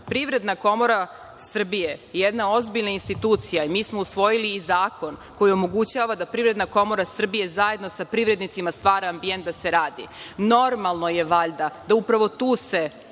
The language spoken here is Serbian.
komora Srbije je jedna ozbiljna institucija, i mi smo usvojili i zakon koji omogućava da Privredna komora Srbije, zajedno sa privrednicima stvara ambijent da se radi. Normalno je, valjda, da upravo tu se